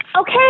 Okay